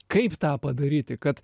kaip tą padaryti kad